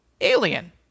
alien